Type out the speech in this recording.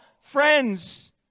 friends